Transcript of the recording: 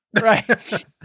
Right